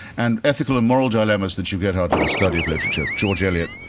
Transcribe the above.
and ethical and moral dilemmas that you get out of the study of literature, george eliot,